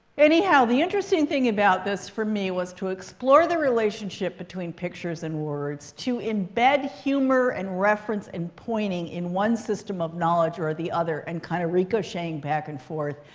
anyhow, the interesting thing about this for me was to explore the relationship between pictures and words, to embed humor and reference and pointing in one system of knowledge or the other and kind of ricocheting back and forth,